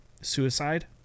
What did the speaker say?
suicide